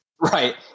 right